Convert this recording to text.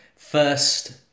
First